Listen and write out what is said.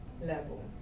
level